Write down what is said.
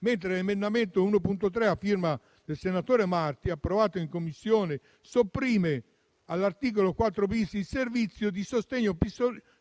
L'emendamento 1.3, a firma del senatore Marti, approvato in Commissione sopprime invece all'articolo 4-*bis* il servizio di sostegno